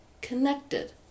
connected